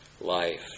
life